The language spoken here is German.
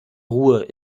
ruhe